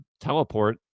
teleport